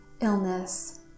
illness